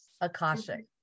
Akashic